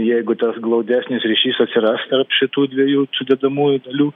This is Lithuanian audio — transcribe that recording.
jeigu tas glaudesnis ryšys atsiras tarp šitų dviejų sudedamųjų dalių